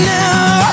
now